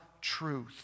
truth